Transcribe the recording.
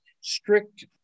strict